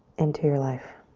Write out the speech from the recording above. into your life.